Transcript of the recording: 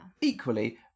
equally